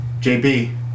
JP